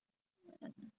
ya அந்த:antha song